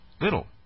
little